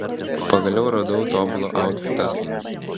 pagaliau radau tobulą autfitą